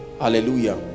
hallelujah